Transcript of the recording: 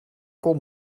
kon